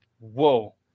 Whoa